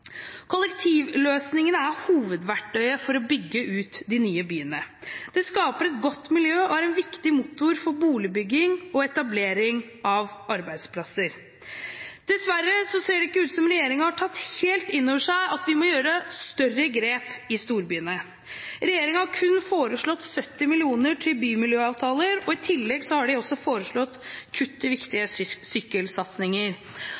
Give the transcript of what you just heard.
er hovedverktøyet for å bygge ut de nye byene. Det skaper et godt miljø og er en viktig motor for boligbygging og etablering av arbeidsplasser. Dessverre ser det ikke ut som regjeringen har tatt helt innover seg at vi må ta større grep i storbyene. Regjeringen har kun foreslått 70 mill. kr til bymiljøavtaler, og i tillegg har de foreslått kutt i